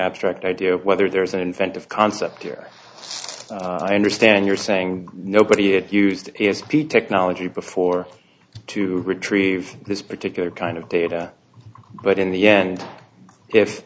abstract idea of whether there's an incentive concept here i understand you're saying nobody it used is p technology before to retrieve this particular kind of data but in the end if